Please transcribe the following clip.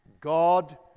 God